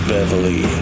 Beverly